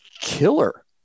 killer